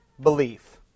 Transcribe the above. belief